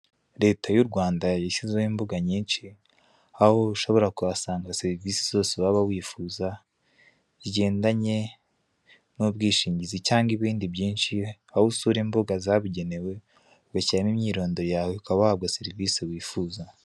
Leta y'u Rwanda yashyizeho imbuga nyinshi, aho ushobora kuyasanga serivisi zose waba wifuza zigendanye n'ubwishingizi cyangwa ibindi byinshi, aho aho usura imbuga zabugenewe ugashyiramo imyirondoro yawe ukaba wahabwa serivisi wifuza.